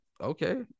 Okay